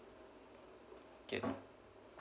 okay